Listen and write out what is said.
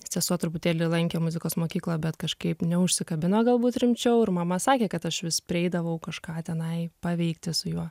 sesuo truputėlį lankė muzikos mokyklą bet kažkaip neužsikabino galbūt rimčiau ir mama sakė kad aš vis prieidavau kažką tenai paveikti su juo